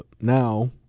now